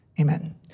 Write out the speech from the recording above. amen